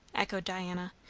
echoed diana,